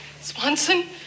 Swanson